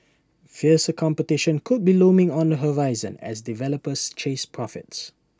fiercer competition could be looming on the horizon as developers chase profits